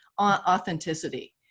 authenticity